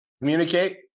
Communicate